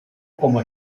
como